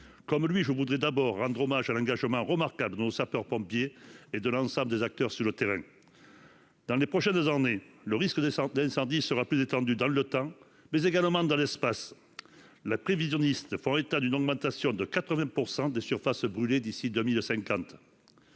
Comme lui, je tiens à rendre hommage à l'engagement remarquable de nos sapeurs-pompiers et de l'ensemble des acteurs sur le terrain. Dans les prochaines années, le risque d'incendie sera plus étendu dans le temps, mais également dans l'espace. Les prévisionnistes font état d'une augmentation de 80 % des surfaces brûlées d'ici à 2050.